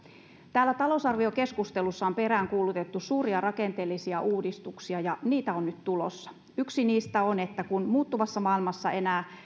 täällä talousarviokeskustelussa on peräänkuulutettu suuria rakenteellisia uudistuksia ja niitä on nyt tulossa yksi niistä on että kun muuttuvassa maailmassa